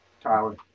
Tyler